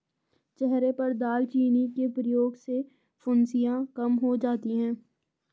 चेहरे पर दालचीनी के प्रयोग से फुंसियाँ कम हो जाती हैं